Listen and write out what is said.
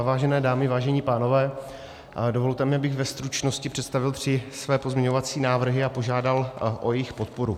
Vážené dámy, vážení pánové, dovolte mi, abych ve stručnosti představil tři své pozměňovací návrhy a požádal o jejich podporu.